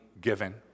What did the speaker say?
given